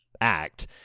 act